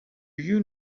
you